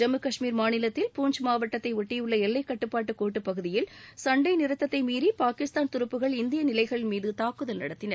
ஜம்மு கஷ்மீர் மாநிலத்தில் பூஞ்ச் மாவட்டத்தை ஒட்டியுள்ள எல்லைக்கட்டுப்பாட்டுக் கோட்டு பகுதியில் சண்டை நிறுத்ததை மீறி பாகிஸ்தான் துருப்புகள் இந்திய நிலைகள் மீது தாக்குதல் நடத்தின